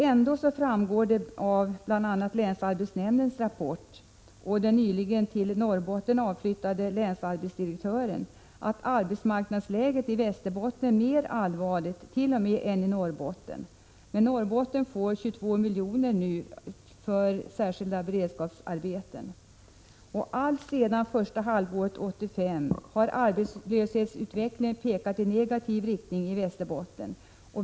Ändå framgår det av bl.a. länsarbetsnämndens rapport och bekräftas av den nyligen till Norrbotten avflyttade länsarbetsdirektören att arbetsmarknadsläget i Västerbotten t.o.m. är allvarligare än läget i Norrbotten. Men Norrbotten får nu 22 miljoner för särskilda beredskapsarbeten. Alltsedan första halvåret 1985 har arbetslöshetsutvecklingen pekat i negativ riktning i Västerbotten.